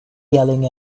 yelling